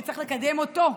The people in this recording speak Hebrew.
שצריך לקדם אותו,